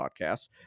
podcast